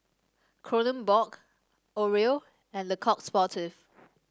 Kronenbourg Oreo and Le Coq Sportif